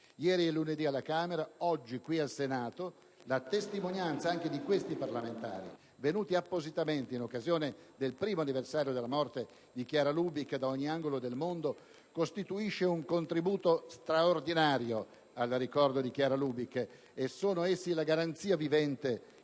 Ieri e lunedì alla Camera, oggi qui al Senato la testimonianza anche di questi parlamentari, venuti appositamente in occasione del primo anniversario della morte di Chiara Lubich da ogni angolo del mondo, costituisce un contributo straordinario al ricordo di Chiara Lubich e sono essi la garanzia vivente